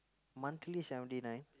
monthly seventy nine